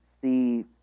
see